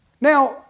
Now